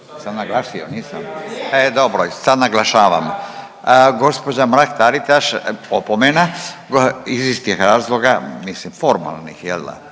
se ne razumije./… E dobro, sad naglašavam. Gđa. Mrak-Taritaš, opomena iz istih razloga, mislim formalnih jel